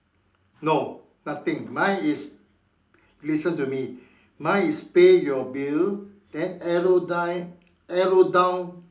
no nothing mine is listen to me mine is pay your bill then arrow die arrow down